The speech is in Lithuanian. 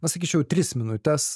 na sakyčiau tris minutes